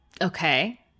Okay